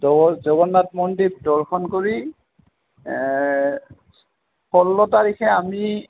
জগ জগন্নাথ মন্দিৰ দৰ্শন কৰি ষোল্ল তাৰিখে আমি